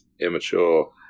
Immature